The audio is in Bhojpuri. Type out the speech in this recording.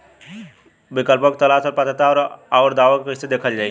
विकल्पों के तलाश और पात्रता और अउरदावों के कइसे देखल जाइ?